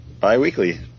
bi-weekly